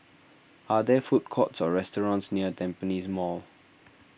are there food courts or restaurants near Tampines Mall